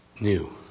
new